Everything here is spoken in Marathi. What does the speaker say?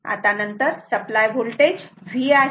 आता नंतर सप्लाय होल्टेज V आहे